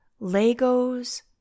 Legos